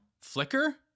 flicker